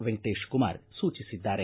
ವೆಂಕಟೇಶ ಕುಮಾರ್ ಸೂಚಿಸಿದ್ದಾರೆ